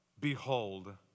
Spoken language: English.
behold